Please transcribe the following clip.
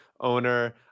owner